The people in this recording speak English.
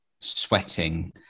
sweating